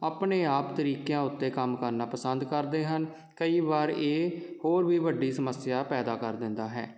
ਆਪਣੇ ਆਪ ਤਰੀਕਿਆਂ ਉੱਤੇ ਕੰਮ ਕਰਨਾ ਪਸੰਦ ਕਰਦੇ ਹਨ ਕਈ ਵਾਰ ਇਹ ਹੋਰ ਵੀ ਵੱਡੀ ਸਮੱਸਿਆ ਪੈਦਾ ਕਰ ਦਿੰਦਾ ਹੈ